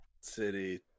City